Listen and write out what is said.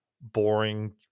boring